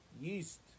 yeast